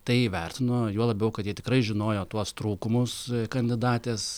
tai įvertino juo labiau kad jie tikrai žinojo tuos trūkumus kandidatės